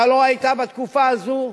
אתה לא היית בתקופה הזו,